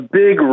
big